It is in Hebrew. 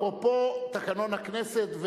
אפרופו תקנון הכנסת,